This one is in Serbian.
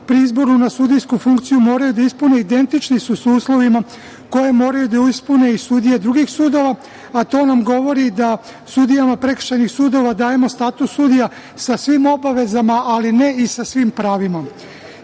pri izboru na sudijsku funkciju da ispune, identični su uslovima koje moraju da ispune i sudije drugih sudova, a to nam govori da sudijama prekršajnih sudova dajemo status sudija sa svim obavezama, ali ne i sa svim pravima. Izuzev